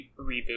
reboot